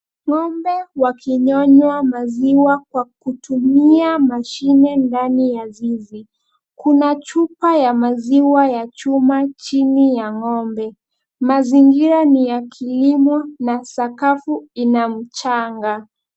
Ng'ombe wakinyonywa maziwa kwa kutumia mashine ndani ya zizi. Kuna chupa ya maziwa ya chuma chini ya ng'ombe. Mazingira ni ya kilimo na sakafu ina mchanga.